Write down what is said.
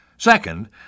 Second